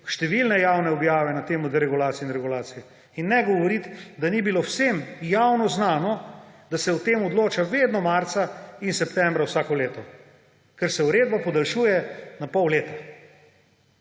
številne javne objave na temo deregulacije in regulacije. Ne govoriti, da ni bilo vsem javno znano, da se o tem odloča vedno marca in septembra vsako leto, ker se uredba podaljšuje na pol leta.